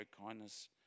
kindness